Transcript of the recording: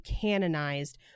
canonized